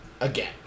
again